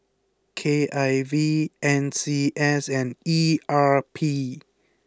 K I V N C S and E R P